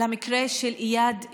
המקרה של איאד אלחלאק.